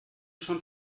schon